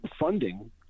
funding